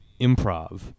Improv